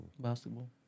Basketball